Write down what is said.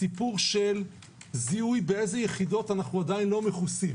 הסיפור של זיהוי באילו יחידות אנחנו עדיין לא מכוסים